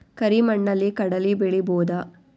ಕರಿ ಮಣ್ಣಲಿ ಕಡಲಿ ಬೆಳಿ ಬೋದ?